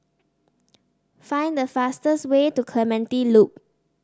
find the fastest way to Clementi Loop